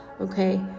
Okay